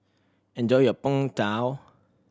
enjoy your Png Tao